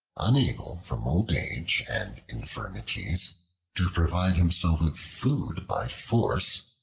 unable from old age and infirmities to provide himself with food by force,